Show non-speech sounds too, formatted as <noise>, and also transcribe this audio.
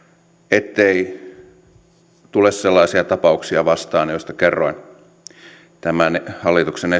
ettei tule vastaan sellaisia tapauksia joista kerroin tämän hallituksen <unintelligible>